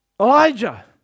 Elijah